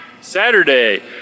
saturday